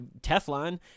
teflon